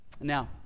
Now